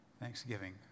Thanksgiving